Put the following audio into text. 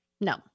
No